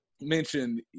Mentioned